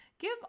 Give